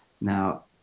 Now